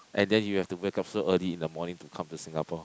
and then you have to wake up so early in the morning to come to Singapore